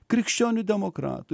krikščionių demokratų